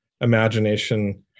imagination